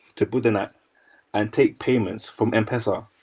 to build an app and take payments from m-pesa?